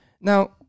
Now